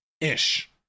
ish